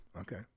Okay